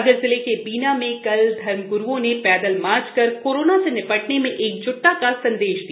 सागर जिले के बीना में कल धर्मग्रुओं ने पैदल मॉर्च कर कोरोना से निपटने में एकजुटता का संदेश दिया